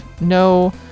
no